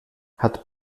hat